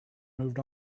moved